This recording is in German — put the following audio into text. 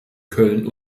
köln